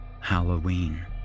Halloween